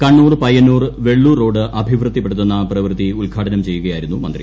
Kannur Payyanur Vellur road അഭിവൃദ്ധിപ്പെടുത്തുന്ന പ്രവൃത്തി ഉദ്ഘാടനം ചെയ്യുകയായിരുന്നു മന്ത്രി